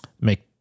make